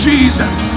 Jesus